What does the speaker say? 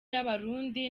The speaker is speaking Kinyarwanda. y’abarundi